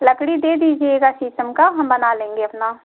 लकड़ी दे दीजिएगा शीशम का हम बना लेंगे अपना